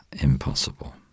impossible